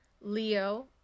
Leo